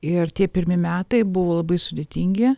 ir tie pirmi metai buvo labai sudėtingi